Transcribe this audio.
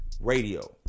radio